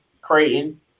Creighton